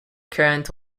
current